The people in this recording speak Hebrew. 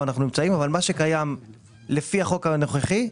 אנחנו נמצאים אבל מה שקיים לפי החוק הנוכחי,